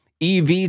EV